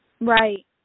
Right